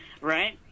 right